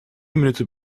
minuten